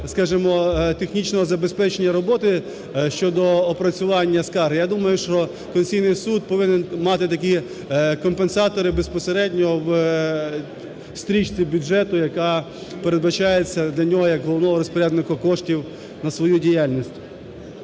технічного забезпечення роботи щодо опрацювання скарг, я думаю, що Конституційний Суд повинен мати такі компенсатори безпосередньо в стрічці бюджету, яка передбачається для нього як головного розпорядника коштів на свою діяльність.